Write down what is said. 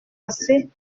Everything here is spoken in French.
assez